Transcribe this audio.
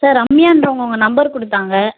sir ரம்யான்றவங்க உங்கள் number கொடுத்தாங்க